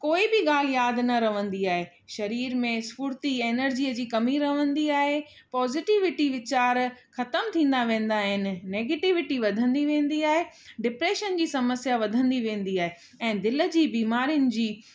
कोई बि ॻाल्हि यादि न रहंदी आहे शरीर में स्फ़ूर्ती एनर्जीअ जी कमी रहंदी आहे पॉज़िटिविटी वीचार ख़तम थींदा वेंदा आहिनि नेगेटिविटी वधंदी वेंदी आहे डिप्रेशन जी समस्या वधंदी वेंदी आहे ऐं दिलि जी बीमारियुनि जी